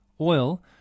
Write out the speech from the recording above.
oil